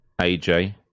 AJ